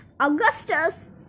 Augustus